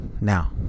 Now